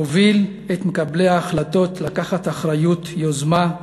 הובילו את מקבלי ההחלטות לקחת אחריות, יוזמה,